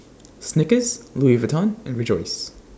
Snickers Louis Vuitton and Rejoice